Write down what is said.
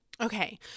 Okay